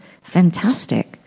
fantastic